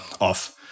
off